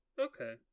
okay